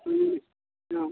മ്മ് ആ